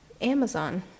Amazon